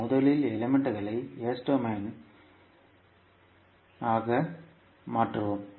நாம் முதலில் எலிமெண்ட்களை s டொமைன் ஆக மாற்றுவோம்